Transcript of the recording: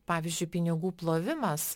pavyzdžiui pinigų plovimas